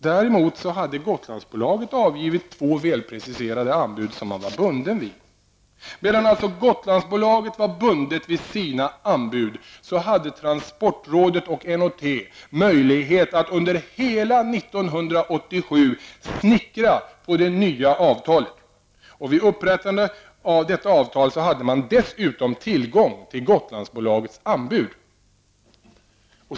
Däremot hade Gotlandsbolaget avgivit två väl preciserade anbud, som man var bunden vid. Medan alltså Gotlandsbolaget var bundet vid sina anbud hade transportrådet och N & T möjlighet att under hela 1987 ''snickra'' på det nya avtalet. Vid upprättandet av detta avtal hade man dessutom tillgång till Gotlandsbolagets anbud.